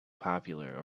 popular